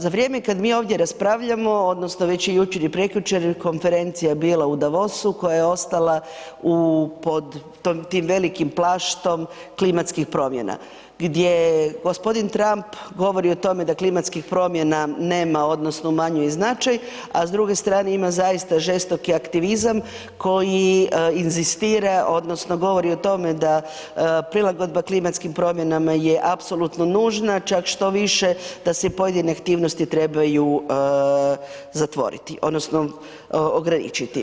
Za vrijeme kad mi ovdje raspravljamo odnosno već i jučer i prekjučer je konferencija bila u Davosu koja je ostala, u, pod, tim velikim plaštom klimatskih promjena gdje je g. Trump govori o tome da klimatskih promjena nema, odnosno umanjuje im značaj, a s druge strane ima zaista žestoki aktivizam koji inzistira odnosno govori o tome da prilagodba klimatskim promjenama je apsolutno nužna, čak štoviše da se i pojedine aktivnosti trebaju zatvoriti, odnosno ograničiti.